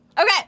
Okay